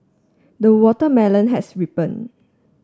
the watermelon has ripen